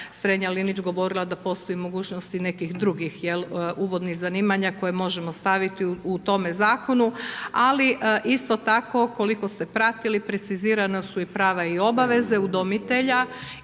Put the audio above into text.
Strenja-Linić govorila da postoji mogućnosti nekih drugih uvodnih zanimanja koje možemo staviti u tome zakonu. Ali isto tako ukoliko ste pratili precizirana se i prava i obaveza i zaista